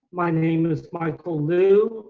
my name is michael lu.